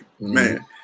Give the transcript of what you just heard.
man